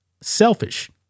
selfish